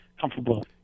comfortable